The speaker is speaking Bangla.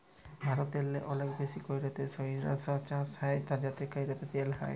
ভারতেল্লে অলেক বেশি ক্যইরে সইরসা চাষ হ্যয় যাতে ক্যইরে তেল হ্যয়